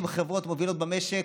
50 החברות המובילות במשק.